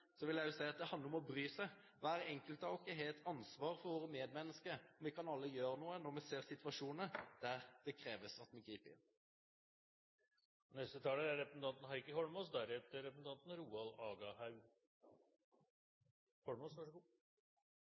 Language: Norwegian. vil jeg si at det handler om å bry seg. Hver enkelt av oss har et ansvar for våre medmennesker, og vi kan alle gjøre noe når vi ser situasjoner der det kreves at vi griper inn.